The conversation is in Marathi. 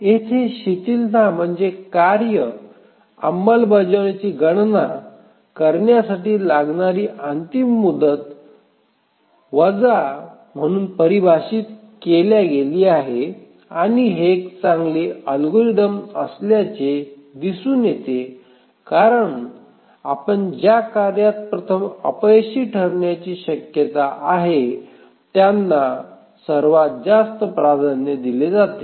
येथे शिथिलता म्हणजे कार्य अंमलबजावणीची गणना करण्यासाठी लागणारी अंतिम मुदत वजा म्हणून परिभाषित केल्या गेली आहे आणि हे एक चांगले अल्गोरिदम असल्याचे दिसून येते कारण आपण ज्या कार्यात प्रथम अपयशी ठरण्याची शक्यता आहे त्यांना सर्वात जास्त प्राधान्य दिले जाते